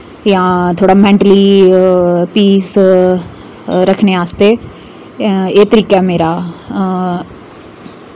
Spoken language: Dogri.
जां थोह्ड़ा मैन्टली पीस रक्खने आस्तै एह् तरिका ऐ मेरा